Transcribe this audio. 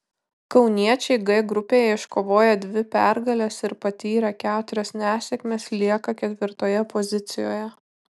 kauniečiai g grupėje iškovoję dvi pergales ir patyrę keturias nesėkmes lieka ketvirtoje pozicijoje